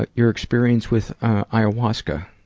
ah your experience with, ah, ayahuasca,